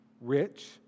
rich